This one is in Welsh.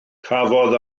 cafodd